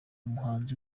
muhanzi